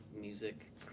music